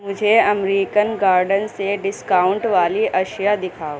مجھے American Garden سے discount والی اشیاء دکھاؤ